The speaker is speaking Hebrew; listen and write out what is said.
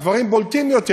הדברים בולטים יותר,